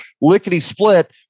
lickety-split